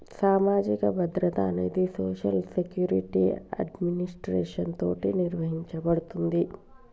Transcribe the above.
సామాజిక భద్రత అనేది సోషల్ సెక్యురిటి అడ్మినిస్ట్రేషన్ తోటి నిర్వహించబడుతుంది